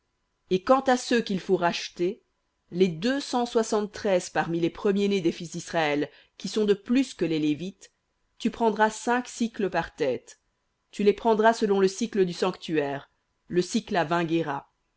et quant à ceux qu'il faut racheter les deux cent soixante-treize parmi les premiers-nés des fils d'israël qui sont de plus que les lévites tu prendras cinq sicles par tête tu les prendras selon le sicle du sanctuaire le sicle à vingt guéras